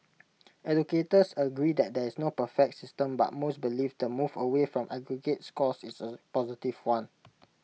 educators agree that there is no perfect system but most believe the move away from aggregate scores is A positive one